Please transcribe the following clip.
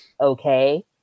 okay